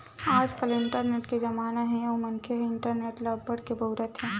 आजकाल इंटरनेट के जमाना हे अउ मनखे ह इंटरनेट ल अब्बड़ के बउरत हे